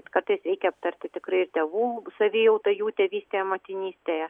kartais reikia aptarti tikrai ir tėvų savijautą jų tėvystėje motinystėje